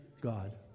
God